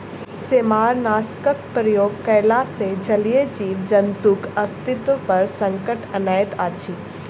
सेमारनाशकक प्रयोग कयला सॅ जलीय जीव जन्तुक अस्तित्व पर संकट अनैत अछि